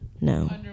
No